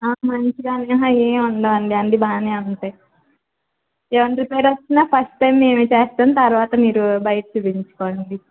మంచి ఉండవండీ అన్నీ బాగానే ఉంటాయి ఏం రిపేర్ వచ్చినా ఫస్ట్ టైమ్ మేమే చేస్తాం తరవాత మీరు బయట చేయించుకోండి